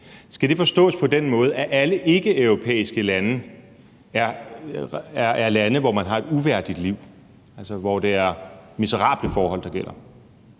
Skal det forstås på den måde, at alle ikkeeuropæiske lande er lande, hvor man har et uværdigt liv, altså hvor det er miserable forhold, der gælder?